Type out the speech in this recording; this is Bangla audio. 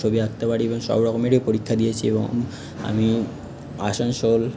ছবি আঁকতে পারি বা সব রকমেরই পরীক্ষা দিয়েছি এবং আমি আসানসোল